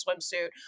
swimsuit